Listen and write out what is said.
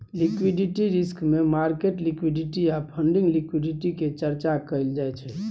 liquidity risk मे market liquidity आ funding liquidity के चर्चा कएल जाइ छै